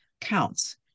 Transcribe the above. counts